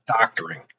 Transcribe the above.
doctoring